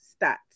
stats